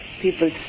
people